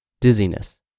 Dizziness